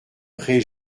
pré